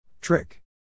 Trick